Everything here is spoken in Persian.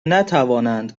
نتوانند